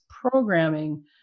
programming